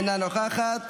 אינה נוכחת,